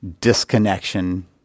disconnection